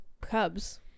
cubs